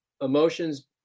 emotions